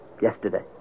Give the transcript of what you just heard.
yesterday